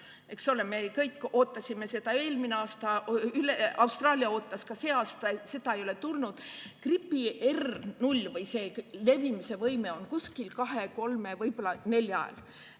Eks ole, me kõik ootasime seda eelmine aasta, Austraalia ootas ka see aasta – seda ei ole tulnud. Gripi R0 või levimise võime on umbes 2–3, võib-olla 4,